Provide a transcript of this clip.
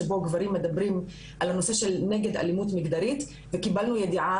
שבו גברים מדברים על הנושא של נגד אלימות מגדרית וקיבלנו ידיעה